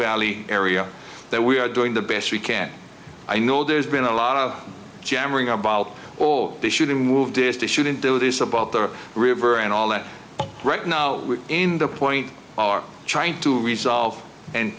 valley area that we are doing the best we can i know there's been a lot of jabbering about all this shooting move distance shouldn't do this about the river and all that right now we're in the point our trying to resolve and